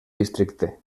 districte